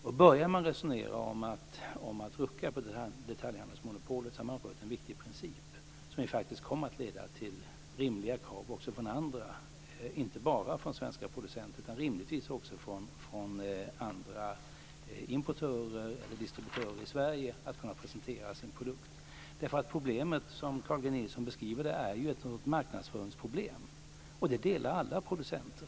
Om man börjar resonera om att rucka på detaljhandelsmonopolet har man berört en viktig princip, som kommer att leda till rimliga krav inte bara från svenska producenter utan också från andra importörer eller distributörer i Sverige att kunna presentera sin produkt. Problemet, som Carl G Nilsson beskriver det, är ju ett marknadsföringsproblem. Det delar alla producenter.